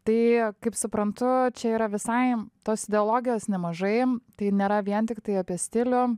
tai kaip suprantu čia yra visai tos ideologijos nemažai tai nėra vien tiktai apie stilių